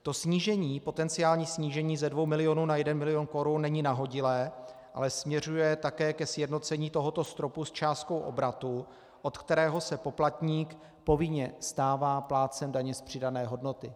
To potenciální snížení ze dvou milionů na jeden milion korun není nahodilé, ale směřuje také ke sjednocení tohoto stropu s částkou obratu, od kterého se poplatník povinně stává plátcem daně z přidané hodnoty.